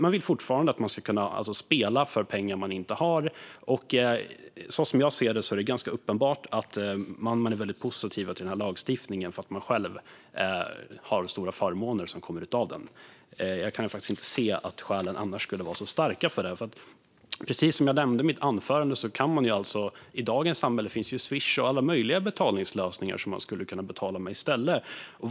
Man vill fortfarande att människor ska kunna spela för pengar de inte har. Som jag ser det är det ganska uppenbart att man är väldigt positiv till denna lagstiftning eftersom man själv får stora förmåner av den. Jag kan faktiskt inte se att skälen annars skulle vara så starka för detta. Precis som jag nämnde i mitt anförande finns det i dagens samhälle Swish och andra betalningslösningar som man skulle kunna använda i stället.